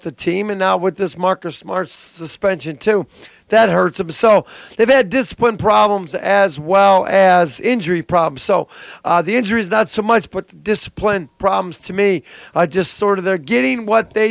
the team and now with this marcus smart sponge into that hurts him so they've had discipline problems as well as injury problems so the injuries not so much but discipline problems to me i just sort of they're getting what they